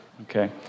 okay